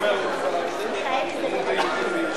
קיימנו פה דיון מעניין,